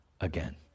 again